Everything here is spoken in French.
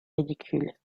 ridicules